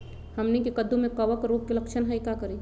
हमनी के कददु में कवक रोग के लक्षण हई का करी?